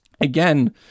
again